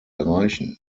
erreichen